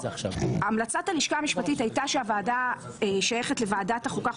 המלצת הלשכה המשפטית הייתה שהיא שייכת לוועדת החוקה,